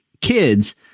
kids